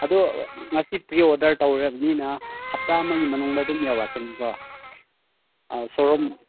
ꯑꯗꯣ ꯉꯁꯤ pre order ꯇꯧꯔꯕꯅꯤꯅ ꯍꯞꯇꯥ ꯑꯃꯒꯤ ꯃꯅꯨꯡꯗ ꯑꯗꯨꯝ ꯌꯧꯔꯛꯀꯅꯤꯀꯣ ꯁꯣꯔꯨꯝ